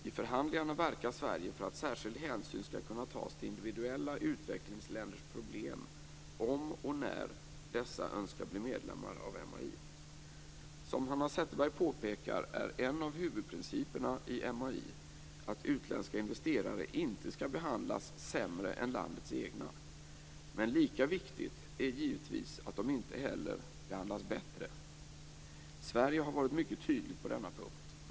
I förhandlingarna verkar Sverige för att särskild hänsyn skall kunna tas till individuella utvecklingsländers problem om och när dessa länder önskar bli medlemmar av MAI. Som Hanna Zetterberg påpekar är en av huvudprinciperna i MAI att utländska investerare inte skall behandlas sämre än landets egna. Men lika viktigt är givetvis att de inte heller behandlas bättre. Sverige har varit mycket tydligt på denna punkt.